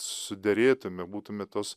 suderėtume būtume tos